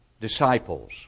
disciples